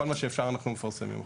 כל מה שאפשר אנחנו מפרסמים החוצה.